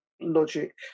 logic